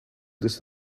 this